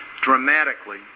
dramatically